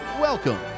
welcome